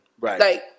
Right